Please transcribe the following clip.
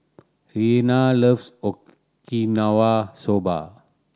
Rihanna loves Okinawa Soba